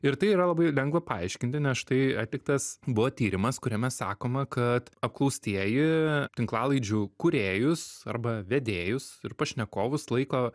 ir tai yra labai lengva paaiškinti nes štai atliktas buvo tyrimas kuriame sakoma kad apklaustieji tinklalaidžių kūrėjus arba vedėjus ir pašnekovus laiko